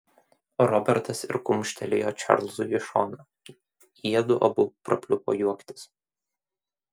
robertas ir kumštelėjo čarlzui į šoną jiedu abu prapliupo juoktis